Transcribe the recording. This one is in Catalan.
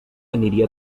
aniria